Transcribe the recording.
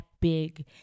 big